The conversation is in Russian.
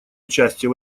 участие